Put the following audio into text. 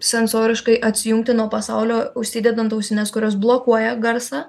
sensoriškai atsijungti nuo pasaulio užsidedant ausines kurios blokuoja garsą